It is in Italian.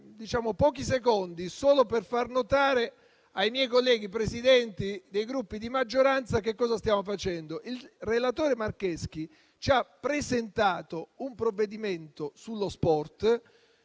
pochi secondi solo per far notare ai miei colleghi Presidenti dei Gruppi di maggioranza che cosa stiamo facendo. Il relatore Marcheschi ci ha presentato un provvedimento sullo sport.